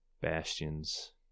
Bastions